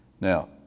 Now